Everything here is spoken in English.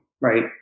right